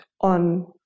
on